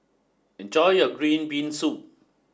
enjoy your Green Bean Soup